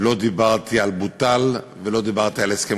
לא דיברתי על "בוטל" ולא דיברתי על הסכם